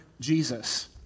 Jesus